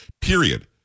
period